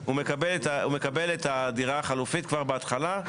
הוא מקבל את הדירה החלופית כבר בהתחלה,